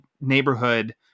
neighborhood